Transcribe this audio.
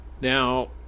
Now